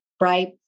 Right